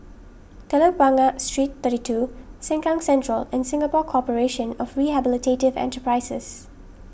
Telok Blangah Street thirty two Sengkang Central and Singapore Corporation of Rehabilitative Enterprises